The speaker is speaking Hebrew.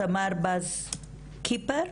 תמר בז קיפר,